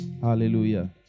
Hallelujah